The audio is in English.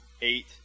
eight